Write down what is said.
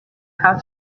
how